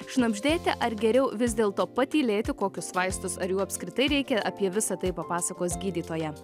šnabždėti ar geriau vis dėlto patylėti kokius vaistus ar jų apskritai reikia apie visa tai papasakos gydytoja